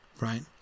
right